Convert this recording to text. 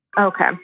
Okay